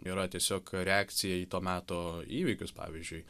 yra tiesiog reakcija į to meto įvykius pavyzdžiui